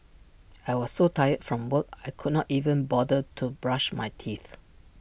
I was so tired from work I could not even bother to brush my teeth